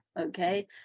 okay